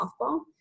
softball